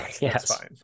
Yes